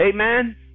Amen